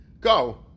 go